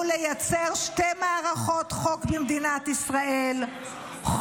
לייצר שתי מערכות חוק במדינת ישראל,